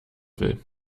will